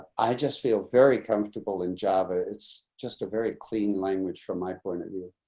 i just feel very comfortable in java. it's just a very clean language from my point of view.